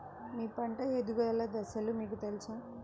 మీ పంట ఎదుగుదల దశలు మీకు తెలుసా?